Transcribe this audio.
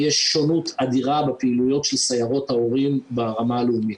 יש שונות אדירה בפעילויות של סיירות ההורים ברמה הלאומית,